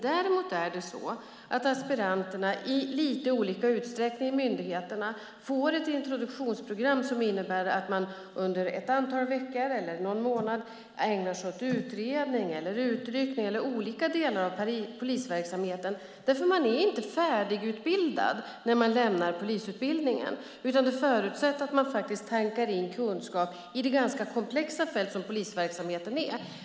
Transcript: Däremot får aspiranterna i lite olika utsträckning i myndigheterna ett introduktionsprogram som innebär att man under ett antal veckor eller någon månad ägnar sig åt utredning, utryckning eller olika delar av polisverksamheten. Man är inte färdigutbildad när man lämnar polisutbildningen. Det förutsätts att man tankar in kunskap i det ganska komplexa fält som polisverksamheten är.